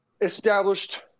established